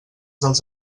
dels